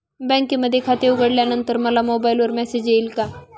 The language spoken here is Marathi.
बँकेमध्ये खाते उघडल्यानंतर मला मोबाईलवर मेसेज येईल का?